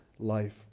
life